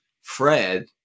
Fred